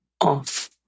off